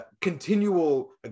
continual